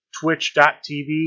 twitch.tv